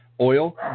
oil